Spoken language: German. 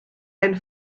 einem